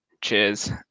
Cheers